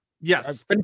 Yes